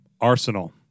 Arsenal